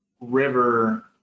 river